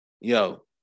yo